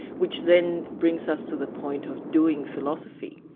which then brings us to the point of doing philosophy,